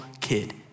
kid